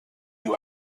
two